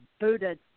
booted